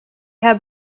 have